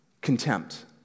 Contempt